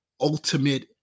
ultimate